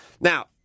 Now